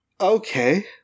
Okay